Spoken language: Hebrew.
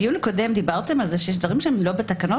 בדיון הקודם דיברתם על כך שיש דברים שהם לא בתקנות